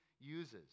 uses